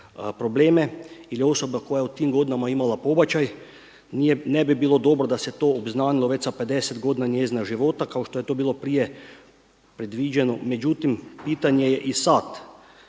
probleme ili osoba koja je u tim godinama imala pobačaj ne bi bilo dobro da se to obznanilo već sa 50 godina njezinog života kao što je to bilo prije predviđeno. Međutim, pitanje je i sada,